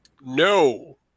No